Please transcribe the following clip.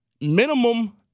minimum